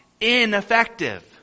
ineffective